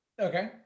Okay